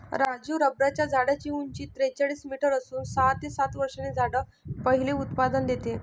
राजू रबराच्या झाडाची उंची त्रेचाळीस मीटर असून सहा ते सात वर्षांनी झाड पहिले उत्पादन देते